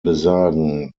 besagen